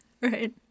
right